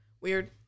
weird